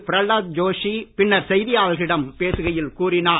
பிரலாத் ஜோஷி பின்னர் செய்தியாளர்களிடம் பேசுகையில் கூறினார்